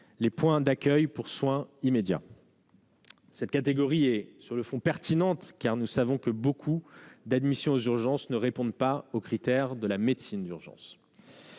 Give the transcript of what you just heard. les points d'accueil pour soins immédiats. Cette catégorie est, sur le fond, pertinente, car nous savons que beaucoup d'admissions aux urgences ne répondent pas aux critères de la médecine d'urgence.